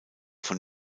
von